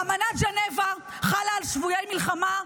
אמנת ז'נבה חלה על שבויי מלחמה.